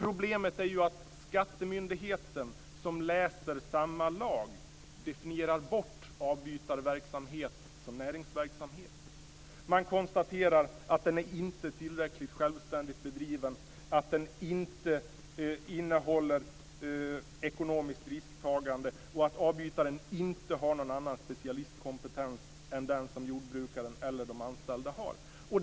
Problemet är ju att skattemyndigheten som läser samma lag definierar bort avbytarverksamhet som näringsverksamhet. Man konstaterar att den inte är tillräckligt självständigt bedriven, att den inte innehåller ekonomiskt risktagande och att avbytaren inte har någon annan specialistkompetens än den som jordbrukaren eller de anställda har.